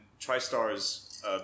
Tristar's